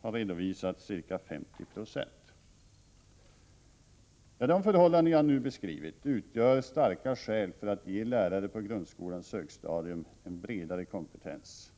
har redovisats ca 50 90. De förhållanden jag nu beskrivit utgör starka skäl för att ge lärare på grundskolans högstadium en bredare kompetens.